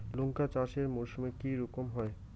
লঙ্কা চাষ এই মরসুমে কি রকম হয়?